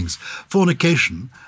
Fornication